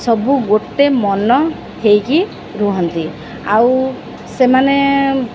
ସବୁ ଗୋଟେ ମନ ହେଇକି ରୁହନ୍ତି ଆଉ ସେମାନେ